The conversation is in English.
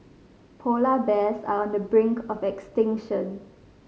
polar bears are on the brink of extinction